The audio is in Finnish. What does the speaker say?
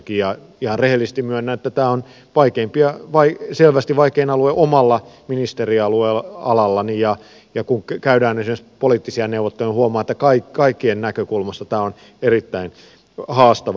ihan rehellisesti myönnän että tämä on selvästi vaikein alue omalla ministerialallani ja kun käydään esimerkiksi poliittisia neuvotteluja niin huomaa että kaikkien näkökulmasta tämä on erittäin haastava